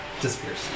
disappears